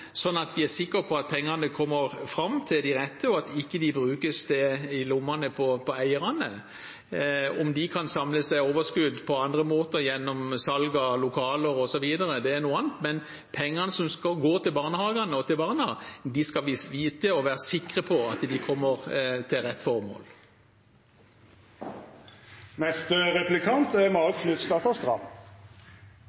at vi er sikre på at pengene kommer fram til de rette, og at de ikke havner i lommene til eierne. Om de kan samle seg overskudd på andre måter gjennom salg av lokaler, osv., er noe annet, men pengene som skal gå til barnehagene og til barna, skal vi vite og være sikre på kommer til rett formål. Kristelig Folkeparti og Senterpartiet står sammen i flere viktige saker. En er